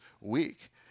week